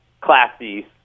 classy